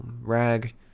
rag